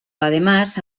además